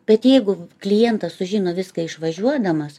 bet jeigu klientas sužino viską išvažiuodamas